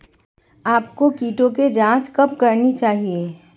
आपको कीटों की जांच कब करनी चाहिए?